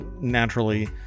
naturally